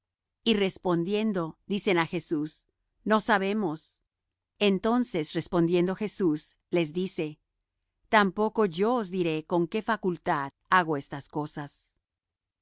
y respondiendo dicen á jesús no sabemos entonces respondiendo jesús les dice tampoco yo os diré con qué facultad hago estas cosas y